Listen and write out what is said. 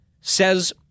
says